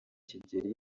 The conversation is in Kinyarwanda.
kigeli